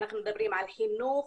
אנחנו מדברים על חינוך,